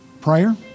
prayer